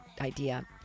idea